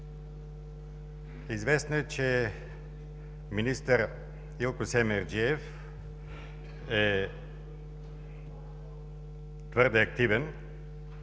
известно е, че министър Илко Семерджиев е твърде активен